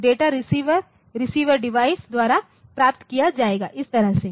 तो data receiver receiver device द्वारा प्राप्त किया जाएगा इस तरह से